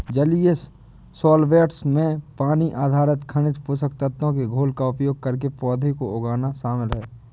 जलीय सॉल्वैंट्स में पानी आधारित खनिज पोषक तत्वों के घोल का उपयोग करके पौधों को उगाना शामिल है